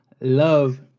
love